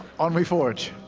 on we forge.